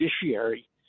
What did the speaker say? judiciary